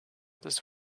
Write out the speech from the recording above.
this